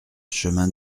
chemin